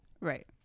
Right